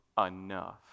enough